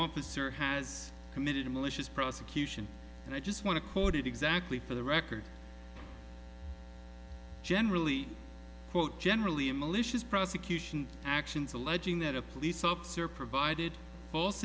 poseur has committed a malicious prosecution and i just want to quote it exactly for the record generally quote generally in malicious prosecution actions alleging that a police officer provided false